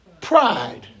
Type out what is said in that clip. pride